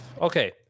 Okay